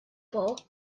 for